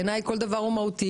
בעיני כל דבר הוא מהותי,